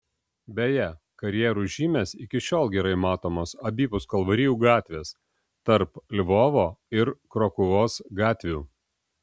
beje karjerų žymės iki šiol gerai matomos abipus kalvarijų gatvės tarp lvovo ir krokuvos gatvių